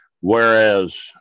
Whereas